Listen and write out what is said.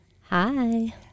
Hi